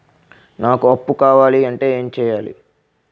నాకు అప్పు కావాలి అంటే ఎం చేయాలి?